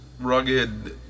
rugged